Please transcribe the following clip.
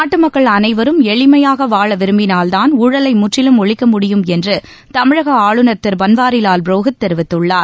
நாட்டு மக்கள் அனைவரும் எளிமையாக வாழ விரும்பினால்தான் ஊழலை முற்றிலும் ஒழிக்க தமிழக முடியும் என்று ஆளுநர் திரு பன்வாரிலால் புரோஹித் தெரிவித்துள்ளார்